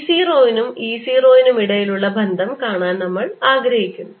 B 0 നും E 0 നും ഇടയിലുള്ള ബന്ധം കാണാൻ നമ്മൾ ആഗ്രഹിക്കുന്നു